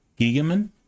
gigaman